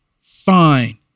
fine